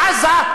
בעזה,